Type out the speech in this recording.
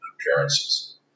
appearances